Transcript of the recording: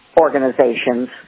organizations